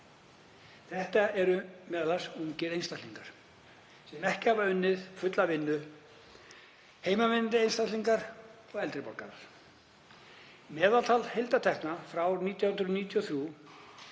Þetta eru m.a. ungir einstaklingar sem ekki hafa unnið fulla vinnu, heimavinnandi einstaklingar og eldri borgarar. Meðaltal heildartekna árið 1993